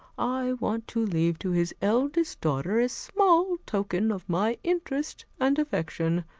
i want to leave to his eldest daughter a small token of my interest and affection.